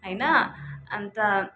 होइन अन्त